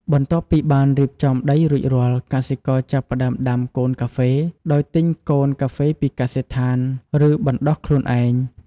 បន្ទាប់ពីបានរៀបចំដីរួចរាល់ កសិករចាប់ផ្ដើមដាំកូនកាហ្វេ ដោយទិញកូនកាហ្វេពីកសិដ្ឋាន ឬបណ្ដុះខ្លួនឯង។